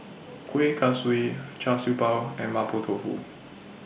Kuih Kaswi Char Siew Bao and Mapo Tofu